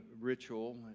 ritual